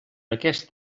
aquest